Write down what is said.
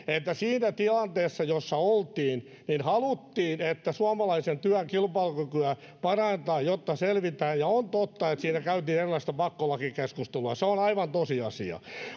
että siinä tilanteessa jossa oltiin haluttiin että suomalaisen työn kilpailukykyä parannetaan jotta selvitään ja on totta että siinä käytiin erilaista pakkolakikeskustelua se on aivan tosiasia